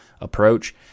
approach